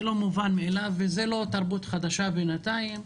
זה לא מובן מאליו וזו לא תרבות חדשה בינתיים.